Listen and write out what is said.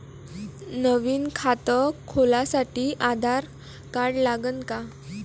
नवीन खात खोलासाठी आधार कार्ड लागन का?